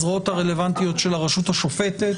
הזרועות הרלוונטיות של הרשות השופטת,